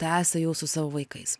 tęsia jau su savo vaikais